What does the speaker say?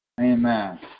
Amen